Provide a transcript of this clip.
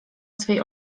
swej